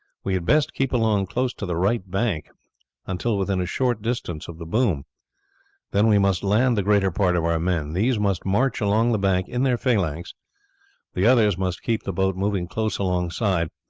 we had best keep along close to the right bank until within a short distance of the boom then we must land the greater part of our men. these must march along the bank in their phalanx the others must keep the boat moving close alongside,